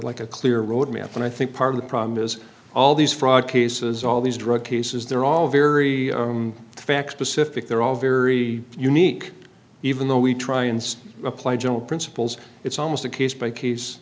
like a clear roadmap and i think part of the problem is all these fraud cases all these drug cases they're all very fact specific they're all very unique even though we try and apply general principles it's almost a case by case